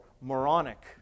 moronic